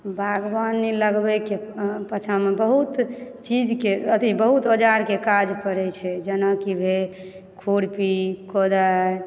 बागवानी लगबैके लिए पछाँमे बहुत चीजके अथी बहुत औजारके काज पड़ै छै जेनाकि भेल खुरपी कोदारि